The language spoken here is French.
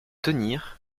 tenir